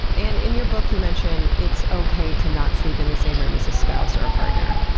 and in your book, you mentioned it's okay to not sleep in the same room as a spouse or a partner.